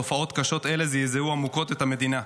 תופעות קשות אלה זעזעו עמוקות את המדינה.